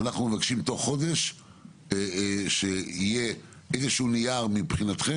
אנחנו מבקשים שתוך חודש יהיה איזשהו נייר שלכם